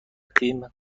تیم